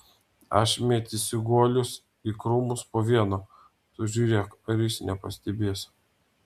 aš mėtysiu guolius į krūmus po vieną o tu žiūrėk ar jis nepastebės